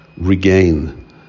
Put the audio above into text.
regain